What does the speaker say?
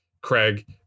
Craig